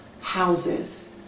houses